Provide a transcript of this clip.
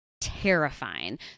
terrifying